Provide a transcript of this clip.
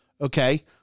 okay